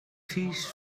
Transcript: vies